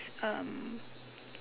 um